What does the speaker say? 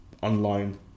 Online